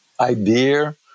Idea